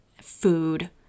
food